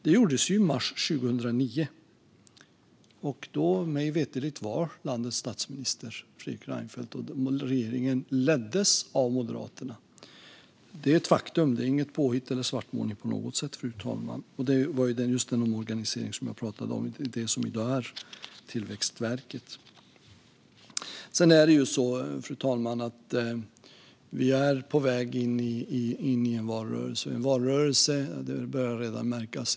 Det gjordes i mars 2009, och mig veterligt var Fredrik Reinfeldt då landets statsminister, och regeringen leddes av Moderaterna. Det är ett faktum. Det är inget påhitt eller någon svartmålning på något sätt, fru talman. Det var just den omorganisering som jag pratade om och det som i dag är Tillväxtverket. Fru talman! Vi är på väg in i en valrörelse; det börjar redan märkas.